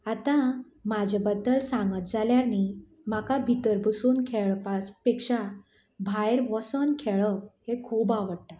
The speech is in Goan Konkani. आतां म्हाज्या बद्दल सांगत जाल्यार न्ही म्हाका भितर बसून खेळपा पेक्षा भायर वोसोन खेळप हें खूब आवडटा